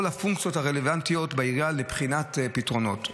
הפונקציות הרלוונטיות בעירייה לבחינת פתרונות.